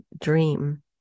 dream